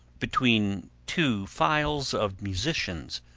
between two files of musicians,